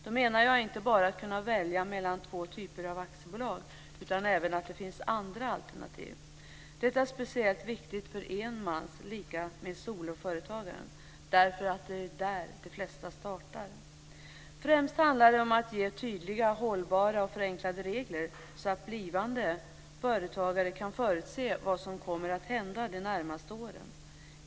Då menar jag inte att bara kunna välja mellan två typer av aktiebolag utan även att det finns andra alternativ. Detta är speciellt viktigt för enmansföretag, dvs. soloföretagaren. Det är där de flesta startar. Främst handlar det om att skapa tydliga, hållbara och förenklade regler så att blivande företagare kan förutse vad som kommer att hända de närmaste åren.